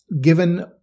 given